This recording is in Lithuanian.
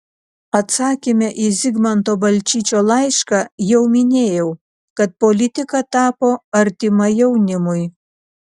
atsakyme į zigmanto balčyčio laišką jau minėjau kad politika tapo artima jaunimui